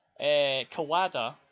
Kawada